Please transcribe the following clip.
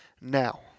Now